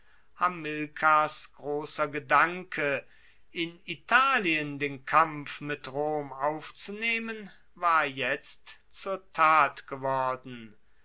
hamilkars grosser gedanke in italien den kampf mit rom aufzunehmen war jetzt zur tat geworden